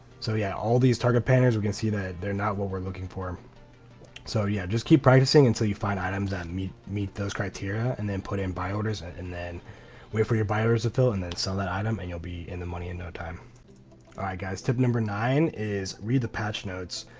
so yeah all these target painters we can see that they're not what we're looking for um so yeah just keep practicing until you find items that meet meet those criteria and then put in buy orders and and then wait for your buyers to fill and then sell that item and you'll be in the money in no time. alright guys, tip number nine is read the patch notes.